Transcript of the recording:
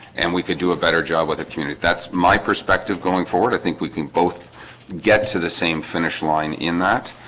and we could do a better job with a community. that's my perspective going forward i think we can both get to the same finish line in that